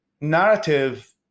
narrative